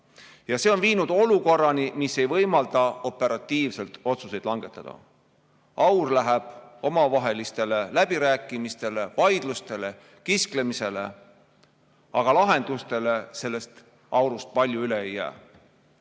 ja see on viinud olukorrani, mis ei võimalda operatiivselt otsuseid langetada. Aur läheb omavahelistele läbirääkimistele, vaidlustele, kisklemisele ja lahendustele sellest aurust palju üle ei jää.